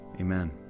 Amen